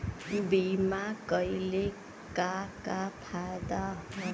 बीमा कइले का का फायदा ह?